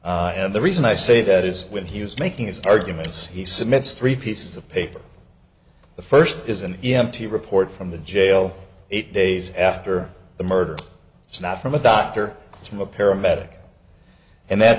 and the reason i say that is when he was making his arguments he submits three pieces of paper the first is an e m t report from the jail eight days after the murder it's not from a doctor it's from a paramedic and that